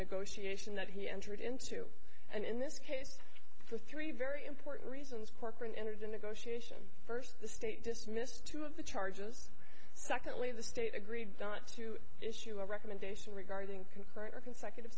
negotiation that he entered into and in this case the three very important reasons corcoran entered the negotiation first the state dismissed two of the charges secondly the state agreed not to issue a recommendation regarding concurrent or consecutive